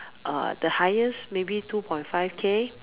uh the highest maybe two point five K